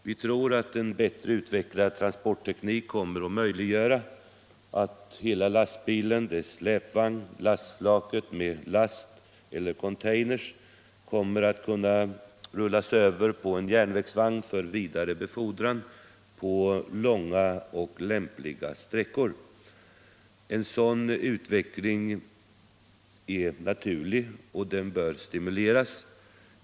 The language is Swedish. Vi tror att en bättre utvecklad trafikteknik kommer att möjliggöra att hela lastbilen, dess släpvagn, lastflaket med last eller container kommer att kunna rullas över på en järnvägsvagn för vidare befordran på långa och lämpliga sträckor. En sådan utveckling är naturlig, och den bör stimuleras.